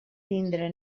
tindre